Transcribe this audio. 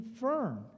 firm